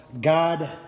God